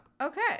Okay